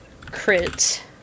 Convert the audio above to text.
Crit